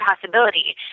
possibility